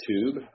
tube